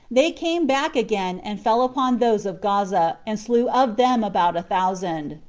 they came back again, and fell upon those of gaza, and slew of them about a thousand.